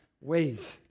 ways